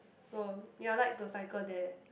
so ya I like to cycle there